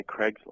Craigslist